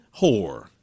whore